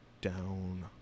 Down